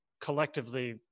collectively